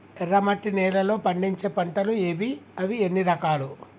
ఎర్రమట్టి నేలలో పండించే పంటలు ఏవి? అవి ఎన్ని రకాలు?